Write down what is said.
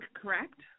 correct